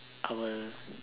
colour